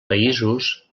països